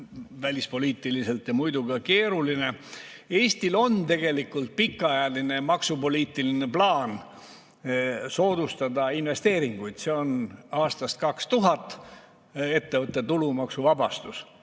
välispoliitiliselt ja muidu ka keeruline. Eestil on tegelikult pikaajaline maksupoliitiline plaan soodustada investeeringuid. See on aastast 2000 kehtiv ettevõtte tulumaksuvabastus.